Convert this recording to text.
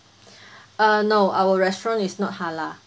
uh no our restaurant is not halal